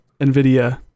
NVIDIA